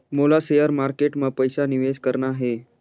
मोला share market मां पइसा निवेश करना हे?